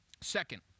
Second